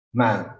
man